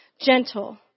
gentle